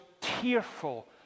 tearful